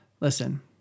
Listen